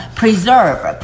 preserve